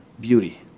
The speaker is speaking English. beauty